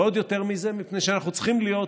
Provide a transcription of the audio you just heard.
עוד יותר מזה, מפני שאנחנו צריכים להיות